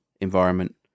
environment